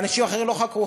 אנשים אחרים לא חקרו?